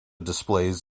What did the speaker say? displays